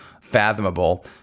fathomable